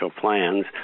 plans